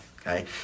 Okay